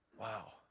Wow